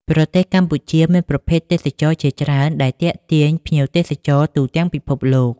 ប្រទេសកម្ពុជាមានប្រភេទទេសចរណ៍ជាច្រើនដែលទាក់ទាញភ្ញៀវទេសចរទូទាំងពិភពលោក។